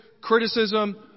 criticism